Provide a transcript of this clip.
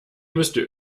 müsste